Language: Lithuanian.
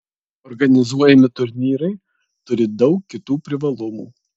organizuojami turnyrai turi daug kitų privalumų